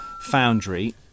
foundry